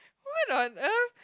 what on earth